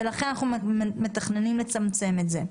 לכן אנחנו מתכננים לצמצם את זה.